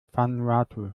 vanuatu